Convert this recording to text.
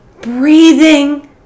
breathing